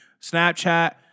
Snapchat